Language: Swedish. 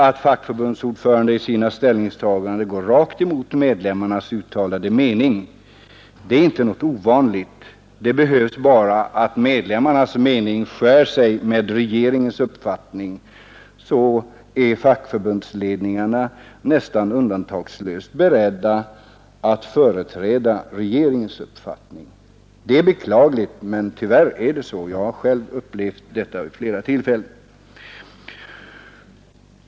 Att förbundsordföranden går rakt emot medlemmarnas uttalade mening är inte något ovanligt; det behövs bara att medlemmarnas mening skär sig mot regeringens uppfattning. Då är fackförbundsledningarna nästan undantagslöst beredda att företräda regeringens uppfattning. Det är beklagligt, men tyvärr är det så. Jag har själv upplevt detta vid flera tillfällen.